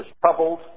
troubled